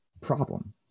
problem